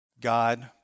God